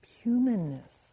humanness